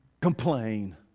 complain